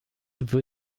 würde